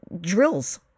drills